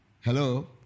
Hello